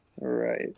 Right